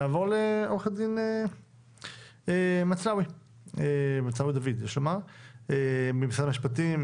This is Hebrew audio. נעבור לעו"ד מצלאוי דוד ממשרד המשפטים,